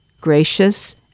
gracious